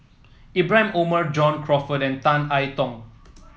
Ibrahim Omar John Crawfurd and Tan I Tong